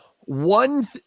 one